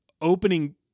opening